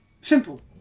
Simple